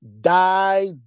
Die